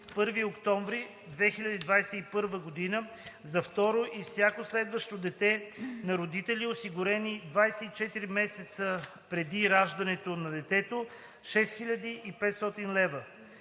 1 октомври 2021 г. – за второ и всяко следващо дете на родители, осигурени 24 месеца преди раждането на детето – 6500 лв.“